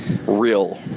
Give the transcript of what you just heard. real